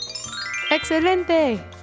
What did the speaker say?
¡Excelente